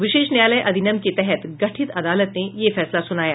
विशेष न्यायालय अधिनियम के तहत गठित अदालत ने यह फैसला सुनाया